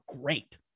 great